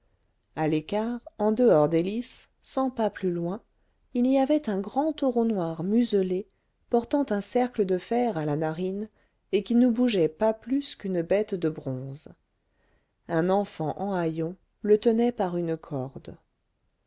à l'écart en dehors des lices cent pas plus loin il y avait un grand taureau noir muselé portant un cercle de fer à la narine et qui ne bougeait pas plus qu'une bête de bronze un enfant en haillons le tenait par une corde